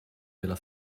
della